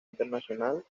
internacional